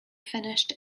finished